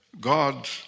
God